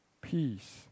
peace